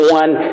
one